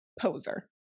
poser